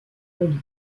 olive